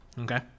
okay